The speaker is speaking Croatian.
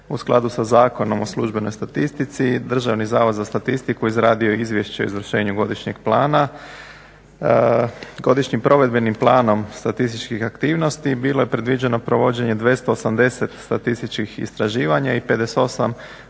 u skladu sa Zakonom o službenoj statistici Državni zavod za statistiku izradio je Izvješće o izvršenju godišnjeg plana. Godišnjim provedbenim planom statističkih aktivnosti bilo je predviđeno provođenje 280 statističkih istraživanja i 58 ostalih